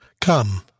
Come